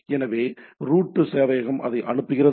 எனவே ரூட் சேவையகம் அதை அனுப்புகிறது